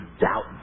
doubt